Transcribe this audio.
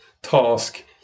Task